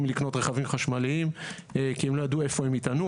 מלקנות רכבים חשמליים כי הם לא ידעו איפה הם יטענו.